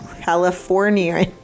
California